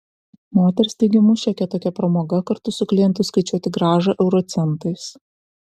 moters teigimu šiokia tokia pramoga kartu su klientu skaičiuoti grąžą euro centais